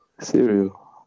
cereal